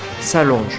s'allonge